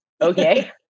okay